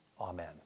Amen